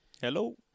Hello